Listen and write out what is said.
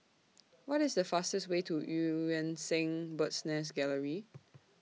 What IS The fastest Way to EU Yan Sang Bird's Nest Gallery